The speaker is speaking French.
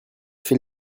fait